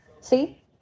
See